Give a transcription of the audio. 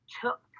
took